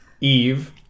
Eve